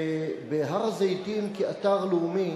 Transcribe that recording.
בהר-הזיתים כאתר לאומי,